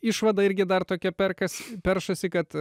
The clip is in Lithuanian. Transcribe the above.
išvada irgi dar tokia perkas peršasi kad